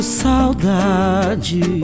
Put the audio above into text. saudade